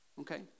okay